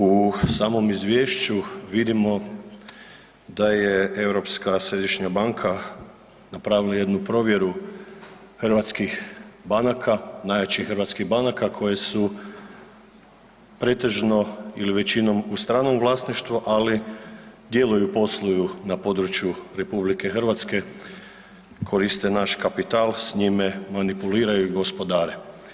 U samom izvješću vidimo da je Europska središnja banka napravila jednu provjeru hrvatskih banaka, najjačih hrvatskih banka koje su pretežno ili većinom u stranom vlasništvu ali djeluju i posluju na području RH, koriste naš kapital s njime manipuliraju i gospodare.